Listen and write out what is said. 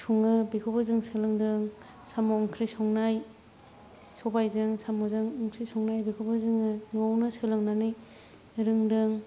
सङो बेखौबो जों सोलोंदों साम' ओंख्रि संनाय सबाइजों साम'जों ओंख्रि संनाय बेखौबो जोङो न'आवनो सोलोंनानै रोंदों